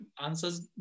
answers